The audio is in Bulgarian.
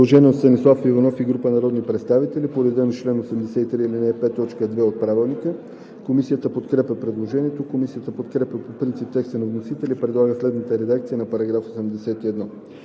Предложение от Станислав Иванов и група народни представители по реда на чл. 83, ал. 5, т. 2 от Правилника. Комисията подкрепя предложението. Комисията подкрепя по принцип текста на вносителя и предлага следната редакция за §